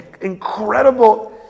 incredible